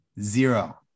Zero